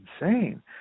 insane